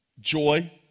joy